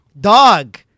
Dog